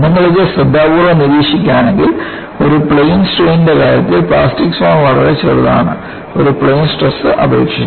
നിങ്ങൾ ഇത് ശ്രദ്ധാപൂർവ്വം നിരീക്ഷിക്കുകയാണെങ്കിൽ ഒരു പ്ലെയിൻ സ്ട്രെയിനിന്റെ കാര്യത്തിൽ പ്ലാസ്റ്റിക് സോൺ വളരെ ചെറുതാണ് ഒരു പ്ലെയിൻ സ്ട്രെസ് അപേക്ഷിച്ച്